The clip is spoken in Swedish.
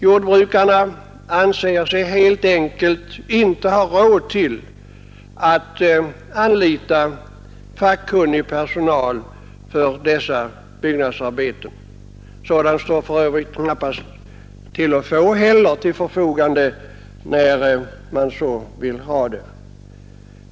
Jordbrukarna anser sig helt enkelt inte ha råd att anlita fackkunnig arbetskraft för sådana byggnadsarbeten — och den arbetskraften står knappast heller till förfogande när man vill ha den.